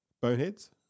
Boneheads